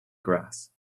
grass